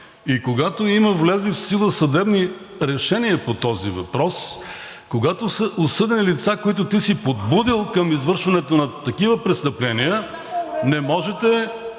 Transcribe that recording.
и когато има влезли в сила съдебни решения по този въпрос, когато са осъдени лица, които ти си подбудил към извършването на такива престъпления (реплика